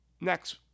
next